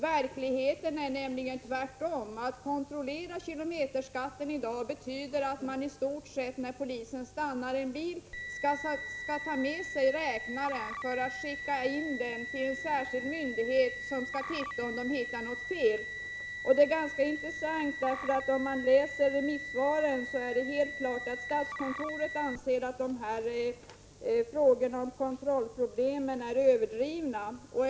Verkligheten är tvärtom: att kontrollera kilometerskatten i dag betyder i stort sett att polisen när den stoppar en bil måste ta med sig räknaren för att skicka in den till en särskild myndighet som skall undersöka om det är något fel. Av remissvaren framgår intressant nog helt klart att statskontoret anser att farhågorna för kontrollproblem är överdrivna.